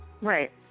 Right